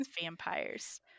vampires